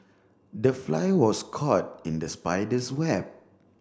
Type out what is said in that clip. the fly was caught in the spider's web